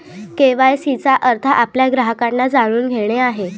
KYC चा अर्थ आपल्या ग्राहकांना जाणून घेणे आहे